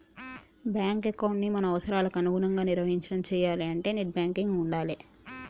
bank ఎకౌంటుని మన అవసరాలకి అనుగుణంగా నిర్వహించడం చెయ్యాలే అంటే నెట్ బ్యాంకింగ్ ఉండాలే